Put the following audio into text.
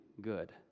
good